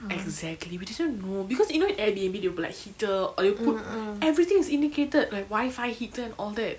exactly we didn't know because you know in airbnb there will be like heater or you put everything is indicated like wi-fi heater and all that